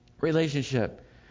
relationship